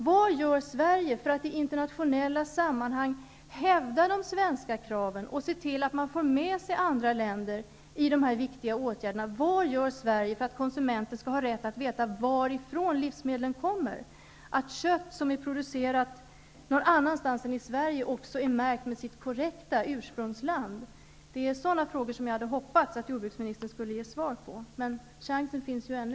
Vad gör Sverige för att i internationella sammanhang hävda de svenska kraven och se till att andra länder också vidtar dessa viktiga åtgärder? Vad gör Sverige för att konsumenterna skall ha rätt att veta varifrån livsmedlen kommer, t.ex. att kött som är producerat någon annanstans än i Sverige också är märkt med korrekt ursprungsland? Jag hoppades att jordbruksministern skulle ge svar på sådana frågor -- men chansen finns ju ännu.